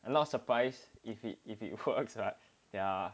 I'm not surprise if it if it works [what]